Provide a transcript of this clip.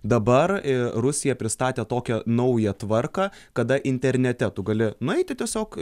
dabar rusija pristatė tokią naują tvarką kada internete tu gali nueiti tiesiog